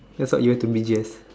that's what you wear to B_T_S